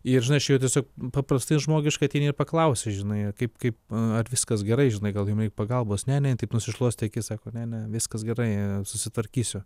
ir išėjo tiesiog paprastai žmogiškai ateini ir paklausi žinai kaip kaip ar viskas gerai žinai gal jinai pagalbos ne ne taip nusišluostė akis sako ne ne viskas gerai susitvarkysiu